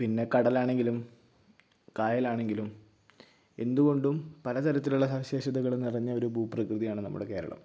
പിന്നെ കടലാണെങ്കിലും കായലാണെങ്കിലും എന്തു കൊണ്ടും പല തരത്തിലുള്ള സവിശേഷതകളും നിറഞ്ഞ ഒരു ഭൂപ്രകൃതിയാണ് നമ്മുടെ കേരളം